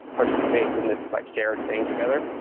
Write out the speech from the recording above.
participate in this like share thing together,